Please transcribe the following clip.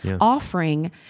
offering